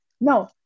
No